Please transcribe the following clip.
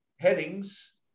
headings